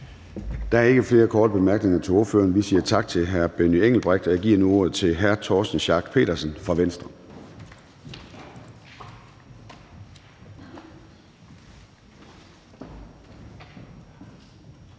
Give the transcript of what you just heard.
Der er ikke flere korte bemærkninger til ordføreren. Vi siger tak til hr. Benny Engelbrecht, og jeg giver nu ordet til hr. Torsten Schack Pedersen fra Venstre.